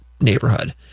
neighborhood